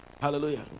Hallelujah